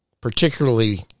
particularly